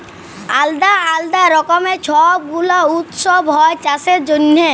আলদা আলদা রকমের ছব গুলা উৎসব হ্যয় চাষের জনহে